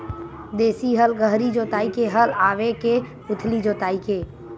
देशी हल गहरी जोताई के हल आवे के उथली जोताई के?